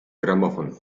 gramofon